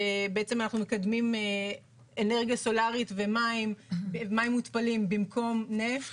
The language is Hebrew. שאנחנו מקדמים אנרגיה סולרית ומים מותפלים במקום נפט.